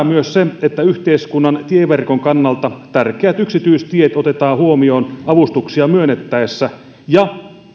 myös se että yhteiskunnan tieverkon kannalta tärkeät yksityistiet otetaan huomioon avustuksia myönnettäessä ja